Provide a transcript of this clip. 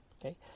okay